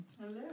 Hello